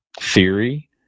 theory